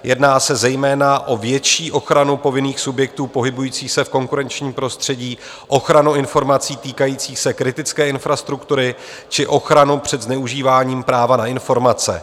Jedná se zejména o větší ochranu povinných subjektů pohybující se v konkurenčním prostředí, ochranu informací týkající se kritické infrastruktury či ochranu před zneužíváním práva na informace.